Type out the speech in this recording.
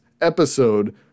episode